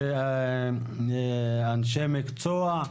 ואנשי מקצוע,